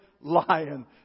lion